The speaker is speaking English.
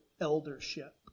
eldership